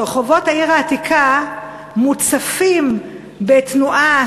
שרחובות העיר העתיקה מוצפים בתנועת